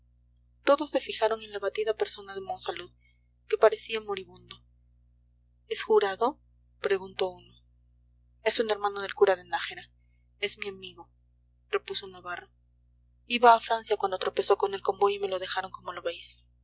todos se fijaron en la abatida persona de monsalud que parecía moribundo es jurado preguntó uno es un hermano del cura de nájera es mi amigo repuso navarro iba a francia cuando tropezó con el convoy y me lo dejaron como lo veis